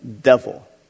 devil